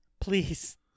Please